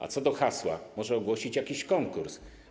A co do hasła to można ogłosić jakiś konkurs.